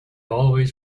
always